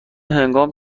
هنگام